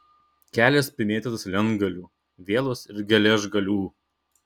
kelias primėtytas lentgalių vielos ir geležgalių